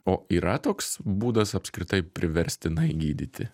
o yra toks būdas apskritai priverstinai gydyti